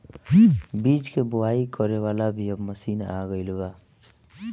बीज के बोआई करे वाला भी अब मशीन आ गईल बा